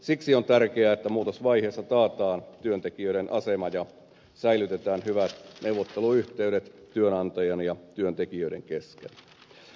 siksi on tärkeää että muutosvaiheessa taataan työntekijöiden asema ja säilytetään hyvät neuvotteluyhteydet työnantajan ja työntekijöiden kesken